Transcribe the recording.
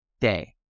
day